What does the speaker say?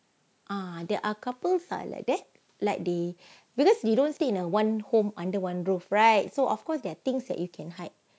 ah there are couples are like that like they because they don't stay in a one home under one roof right so of course there are things that you can hide